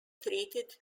treated